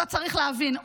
אתה צריך להבין,